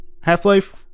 half-life